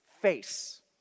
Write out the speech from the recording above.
face